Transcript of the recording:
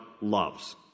loves